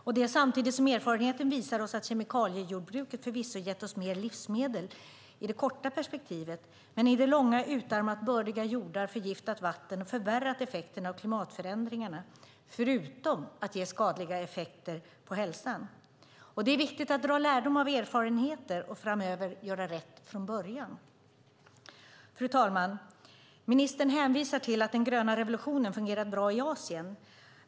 Och det sker samtidigt som erfarenheten visar oss att kemikaliejordbruket förvisso gett oss mer livsmedel i det korta perspektivet men i det långa utarmat bördiga jordar, förgiftat vatten och förvärrat effekterna av klimatförändringarna, förutom att ge skadliga effekter på hälsan. Det är viktigt att dra lärdom av erfarenheter och framöver göra rätt från början. Fru talman! Ministern hänvisar till att den gröna revolutionen fungerar bra i Asien.